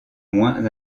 moins